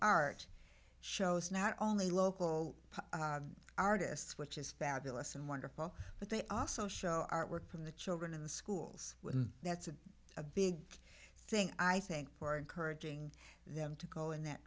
art shows not only local artists which is fabulous and wonderful but they also show artwork from the children in the schools that's a big thing i think for encouraging them to go in that